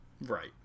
Right